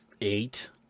Eight